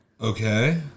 Okay